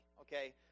okay